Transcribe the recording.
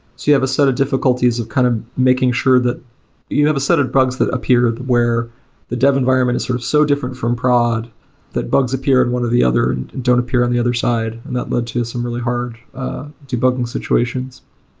so you have a set of difficulties of kind of making sure that you have a set of prods that appeared where the dev environment is sort of so different from prod that bugs appeared one of the other and don't appear on the other side, and that led to some really hard debugging situations.